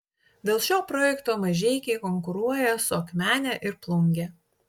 dėl šio projekto mažeikiai konkuruoja su akmene ir plunge